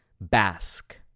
Basque